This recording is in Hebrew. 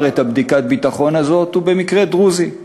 את בדיקת הביטחון הזאת הוא במקרה דרוזי.